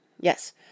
Yes